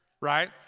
Right